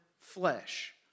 flesh